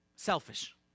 Selfish